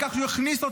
שהוא כהניסט.